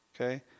Okay